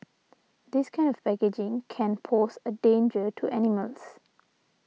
this kind of packaging can pose a danger to animals